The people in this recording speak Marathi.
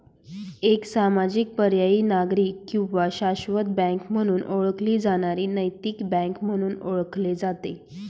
एक सामाजिक पर्यायी नागरिक किंवा शाश्वत बँक म्हणून ओळखली जाणारी नैतिक बँक म्हणून ओळखले जाते